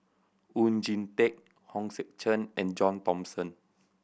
Oon Jin Teik Hong Sek Chern and John Thomson